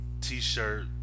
t-shirt